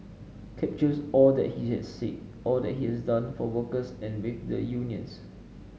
captures all that he had said all that he has done for workers and with the unions